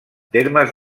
termes